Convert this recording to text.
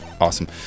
Awesome